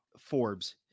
Forbes